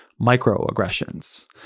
microaggressions